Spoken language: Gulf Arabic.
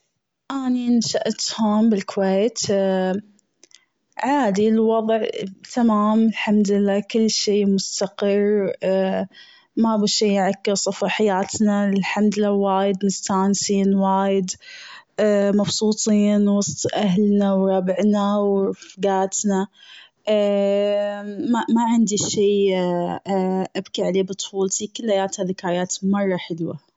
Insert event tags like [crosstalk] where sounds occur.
أني نشأت هون بالكويت [hesitation] عادي الوضع تمام الحمد لله كل شيء مستقر [hesitation] مابو شيء يعكر صفو حياتنا الحمد لله وايد مستانسين وايد [hesitation] مبسوطين وسط اهلنا ورابعنا ورفقاتنا [hesitation] ما عندي شيء [hesitation] ابكي عليه بطفولتي كلياتها ذكريات مرة حلوة.